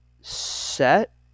Set